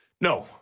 No